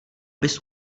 bys